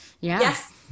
yes